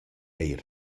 eir